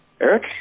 Eric